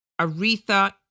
Aretha